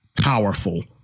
powerful